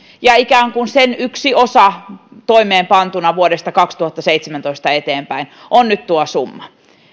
ja ikään kuin sen yksi osa toimeenpantuna vuodesta kaksituhattaseitsemäntoista eteenpäin on nyt tuo summa